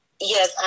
yes